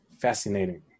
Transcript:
fascinating